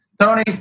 Tony